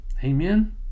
Amen